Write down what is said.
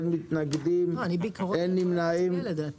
אין מתנגדים ואין נמנעים.